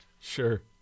Sure